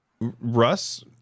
Russ